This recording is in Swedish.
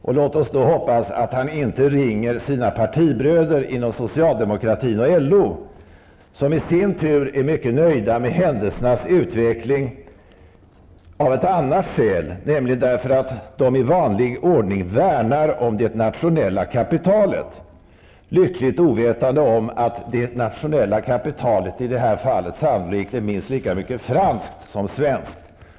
Och låt oss då hoppas att han inte ringer sina partibröder inom socialdemokratin och LO, som i sin tur är mycket nöjda med händelsernas utveckling av ett annat skäl, nämligen därför att de i vanlig ordning värnar om det nationella kapitalet, lyckligt ovetande om att det nationella kapitalet i detta fall sannolikt är minst lika mycket franskt som svenskt.